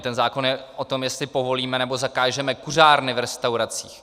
Ten zákon je o tom, jestli povolíme nebo zakážeme kuřárny v restauracích.